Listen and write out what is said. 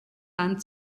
dann